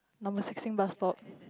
number sixteen bus stop